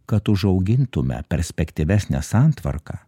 kad užaugintume perspektyvesnę santvarką